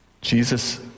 Jesus